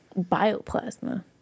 Bioplasma